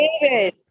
David